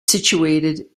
situated